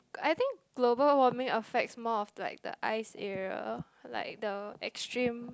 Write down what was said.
I think global warming affects more of like the ice area like the extreme